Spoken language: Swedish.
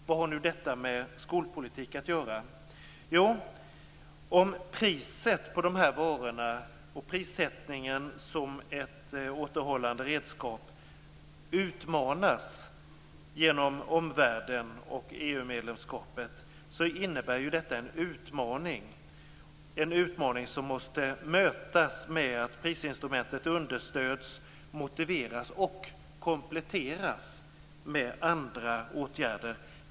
Vad har nu detta med skolpolitik att göra? Jo, om priset på de här varorna och prissättningen som ett återhållande redskap utmanas genom omvärlden och EU-medlemskapet, innebär ju detta en utmaning som måste mötas med att prisinstrumentet understöds, motiveras och kompletteras med andra åtgärder.